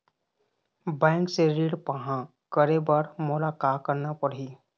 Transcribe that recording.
Bank से ऋण पाहां करे बर मोला का करना पड़ही?